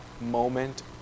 moment